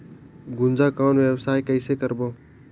गुनजा कौन व्यवसाय कइसे करबो?